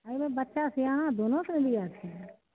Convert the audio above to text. हमरा बच्चा सिआना दोनो के ने लिअ के छै